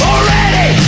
Already